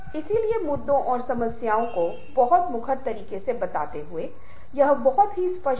इसलिए प्रेरणा एक बहुत ही महत्वपूर्ण पहलू है और मुझे आशा है कि हमारी प्रस्तुतियाँ और वीडियो व्याख्यान उन संदर्भों में प्रासंगिक थे